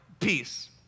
peace